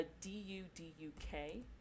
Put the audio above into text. D-U-D-U-K